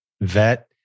vet